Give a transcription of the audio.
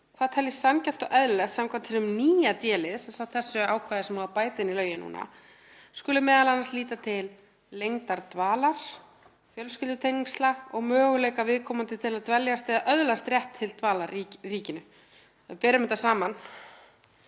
hvað teljist sanngjarnt og eðlilegt samkvæmt hinum nýja d-lið“ — þ.e. samkvæmt þessu ákvæði sem á að bæta inn í lögin núna — „skuli m.a. líta til lengdar dvalar, fjölskyldutengsla og möguleika viðkomandi til að dveljast eða öðlast rétt til dvalar í ríkinu.“ Ef við berum þetta saman